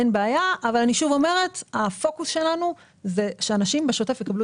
שוב אני אומרת שהפוקוס שלנו הוא שאנשים בשוטף יקבלו